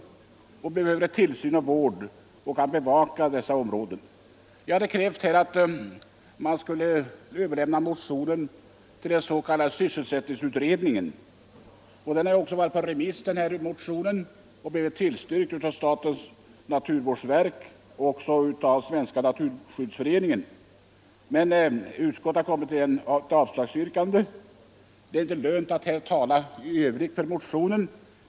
Dessa områden behöver bevakning, tillsyn och — naturvårdslagen vård. och skogsvårdsla Vi hade krävt att motionen skulle överlämnas till den aviserade sys — gen, m.m. selsättningsutredningen. Motionen har varit på remiss och blivit tillstyrkt av naturvårdsverket och Svenska naturskyddsföreningen, men utskottet har stannat för ett yrkande om avslag på vår hemställan. Det är inte lönt att här tala för motionen.